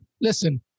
listen